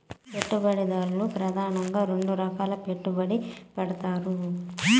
పెట్టుబడిదారులు ప్రెదానంగా రెండు రకాలుగా పెట్టుబడి పెడతారు